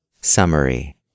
Summary